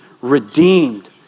redeemed